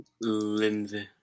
Lindsay